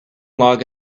log